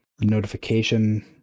notification